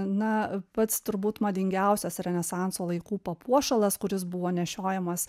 na pats turbūt madingiausias renesanso laikų papuošalas kuris buvo nešiojamas